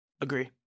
agree